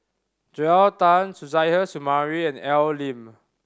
Joel Tan Suzairhe Sumari and Al Lim